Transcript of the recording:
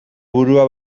burua